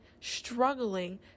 struggling